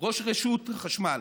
ראש רשות חשמל.